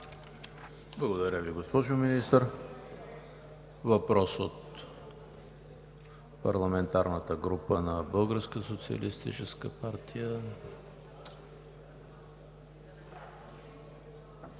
Благодаря Ви, госпожо Министър. Въпрос от парламентарната група на „БСП